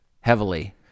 heavily